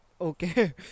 Okay